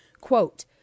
quote